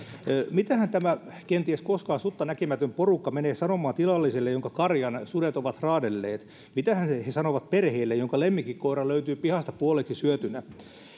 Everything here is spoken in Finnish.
mitähän tämä kenties koskaan sutta näkemätön porukka menee sanomaan tilalliselle jonka karjan ovat sudet raadelleet mitähän he sanovat perheelle jonka lemmikkikoira löytyy pihasta puoleksi syötynä